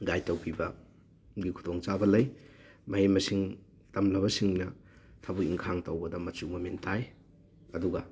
guide ꯇꯧꯕꯤꯕ ꯒꯤ ꯈꯨꯗꯣꯡꯆꯥꯕ ꯂꯩ ꯃꯍꯩ ꯃꯁꯤꯡ ꯇꯝꯂꯕꯁꯤꯡꯅ ꯊꯕꯛ ꯏꯪꯈꯥꯡ ꯇꯧꯕꯗ ꯃꯆꯨ ꯃꯃꯦꯟ ꯇꯥꯏ ꯑꯗꯨꯒ